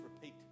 repeat